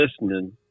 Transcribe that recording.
listening